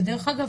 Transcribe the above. ודרך אגב,